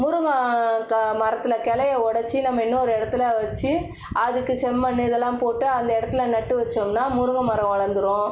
முருங்கை கா மரத்தில் கிளைய உடச்சு நம்ம இன்னொரு இடத்துல வைச்சு அதுக்கு செம்மண் இதெல்லாம் போட்டு அந்த இடத்துல நட்டு வைச்சோம்னா முருங்கைமரம் வளர்ந்துரும்